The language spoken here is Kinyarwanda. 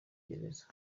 gereza